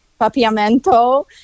Papiamento